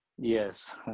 Yes